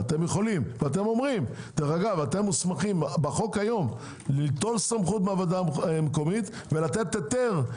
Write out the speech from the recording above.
אתם מוסמכים בחוק היום ליטול סמכות מהוועדה המקומית ולתת היתר.